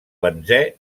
benzè